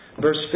Verse